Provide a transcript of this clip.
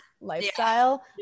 lifestyle